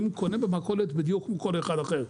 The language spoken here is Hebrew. הוא קונה במכולת בדיוק כמו כל אחד אחר.